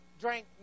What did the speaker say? drank